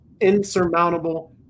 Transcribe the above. insurmountable